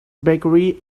bakery